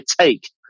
take